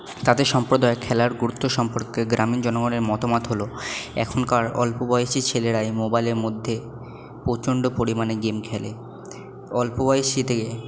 তাদের সম্প্রদায় খেলার গুরুত্ব সম্পর্কে গ্রামীণ জনগণের মতামত হলো এখনকার অল্প বয়সী ছেলেরা এই মোবাইলের মধ্যে প্রচণ্ড পরিমাণে গেম খেলে অল্পবয়সী থেকে